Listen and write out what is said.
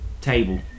Table